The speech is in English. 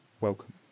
Welcome